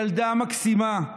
ילדה מקסימה,